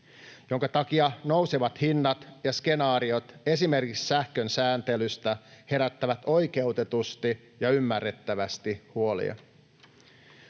minkä takia nousevat hinnat ja skenaariot esimerkiksi sähkön sääntelystä herättävät oikeutetusti ja ymmärrettävästi huolia.